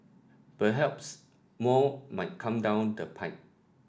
perhaps more might come down the pike